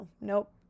nope